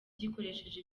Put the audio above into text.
gikoresheje